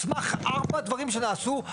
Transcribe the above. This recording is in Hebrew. על סמך ארבע דברים שנעשו?